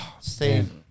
Steve